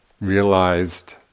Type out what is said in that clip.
realized